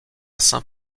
saint